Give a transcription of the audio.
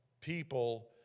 people